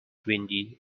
windy